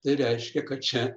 tai reiškia kad čia